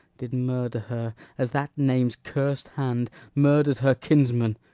did murder her as that name's cursed hand murder'd her kinsman